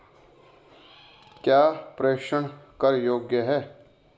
क्या प्रेषण कर योग्य हैं?